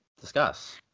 discuss